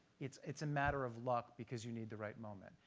it's it's a matter of luck because you need the right moment.